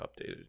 updated